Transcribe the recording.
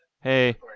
Hey